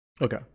Okay